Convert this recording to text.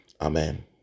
Amen